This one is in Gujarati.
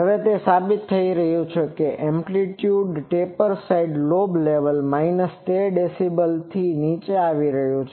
હવે તે સાબિત થઈ રહ્યું છે કે એમ્પ્લીટ્યુડamplitudeકંપનવિસ્તાર ટેપર સાઈડ લોબનું લેવલ થી નીચે આવી રહ્યું છે